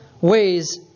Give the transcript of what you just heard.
ways